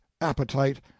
appetite